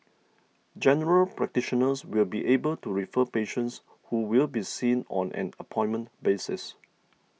General Practitioners will be able to refer patients who will be seen on an appointment basis